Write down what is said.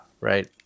Right